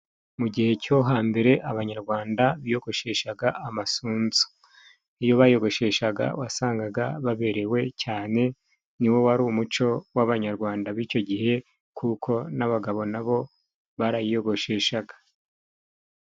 Mu gihe cyo hambere abanyarwanda biyogosheshaga amasunzu. Iyo bayiyogosheshaga wasangaga baberewe cyane, ni wo wari umuco w'abanyarwanda b'icyo gihe, kuko n'abagabo nabo barayiyogosheshaga.